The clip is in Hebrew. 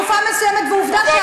עובדתית,